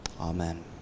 Amen